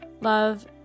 love